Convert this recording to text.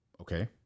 Okay